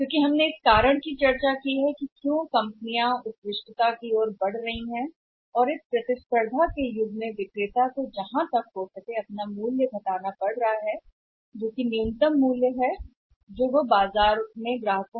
क्योंकि हमने इस कारण पर चर्चा की है कि जैसे जैसे कंपनियां उत्कृष्टता की ओर बढ़ रही हैं गला काट प्रतियोगिता विक्रेता के कहने का युग अधिकतम कहने के लिए कीमत कम करना है मूल्य को नीचे लाने के लिए संभव सीमा जो कि न्यूनतम मूल्य है जिससे वे चार्ज कर सकते हैं बाजार से बाजार में ग्राहकों